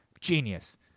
genius